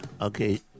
okay